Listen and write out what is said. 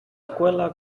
escuela